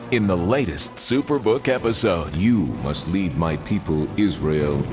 in the latest superbook episode. you must lead my people, israel,